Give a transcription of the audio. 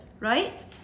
Right